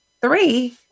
three